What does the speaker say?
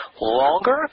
longer